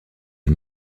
est